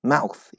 Mouth